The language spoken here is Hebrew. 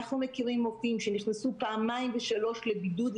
אנחנו מכירים עובדים שנכנסו פעמיים ושלוש לבידוד,